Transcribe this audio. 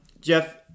Jeff